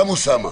גם.